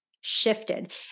shifted